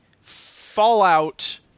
Fallout